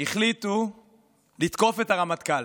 החליטו לתקוף את הרמטכ"ל.